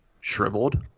shriveled